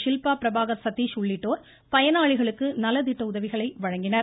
ஷில்பா பிரபாகர் சதீஷ் உள்ளிட்டோர் பயனாளிகளுக்கு நலத்திட்ட உதவிகளை வழங்கினர்